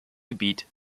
gebiet